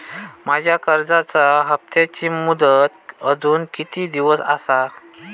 माझ्या कर्जाचा हप्ताची मुदत अजून किती दिवस असा?